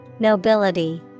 Nobility